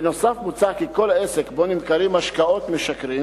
בנוסף, מוצע כי כל עסק שבו נמכרים משקאות משכרים